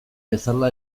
bezala